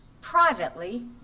privately